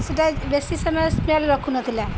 ସେଟା ବେଶୀ ସମୟ ସ୍ମେଲ୍ ରଖୁନଥିଲା